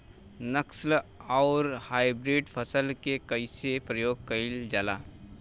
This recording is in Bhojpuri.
नस्ल आउर हाइब्रिड फसल के कइसे प्रयोग कइल जाला?